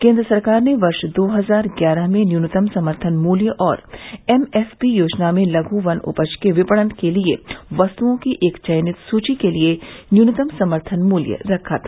केंद्र सरकार ने वर्ष दो हजार ग्यारह में न्यूनतम समर्थन मूल्य और एम एफ पी योजना में लघु वन उपज के विपणन के लिए वस्तुओं की एक चयनित सूची के लिए न्यूनतम समर्थन मूल्य रखा था